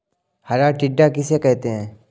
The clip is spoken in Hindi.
हरा टिड्डा किसे कहते हैं?